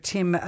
Tim